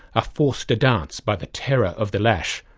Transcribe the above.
ah forced to dance by the terror of the lash,